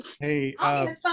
Hey